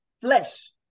flesh